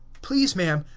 please, ma'am,